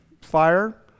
fire